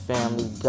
Family